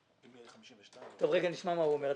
אם יהיה 52% --- נשמע מה הוא אומר.